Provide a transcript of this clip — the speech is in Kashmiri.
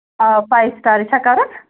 آ فایِو سِٹارٕے چھا کَرُن